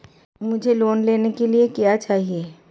मुझे लोन लेने के लिए क्या चाहिए?